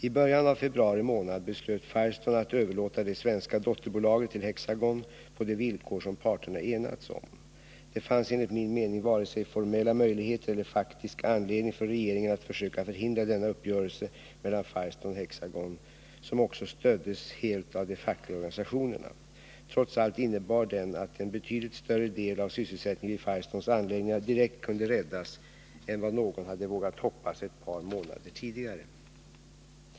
I början av februari månad beslöt Firestone att överlåta det svenska dotterbolaget till Hexagon på de villkor som parterna enats om. Det fanns enligt min mening varken formella möjligheter eller faktisk anledning för regeringen att försöka förhindra denna uppgörelse mellan Firestone och Hexagon, som också stöddes helt av de fackliga organisationerna. Trots allt innebar den att en betydligt större del av sysselsättningen vid Firestones anläggningar direkt kunde räddas än vad någon hade vågat hoppas ett par månader tidigare.